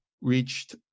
reached